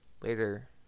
later